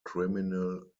criminal